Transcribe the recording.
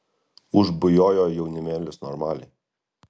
užbujojo jaunimėlis normaliai